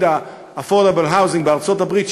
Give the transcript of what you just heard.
ה-affordable housing בארצות-הברית,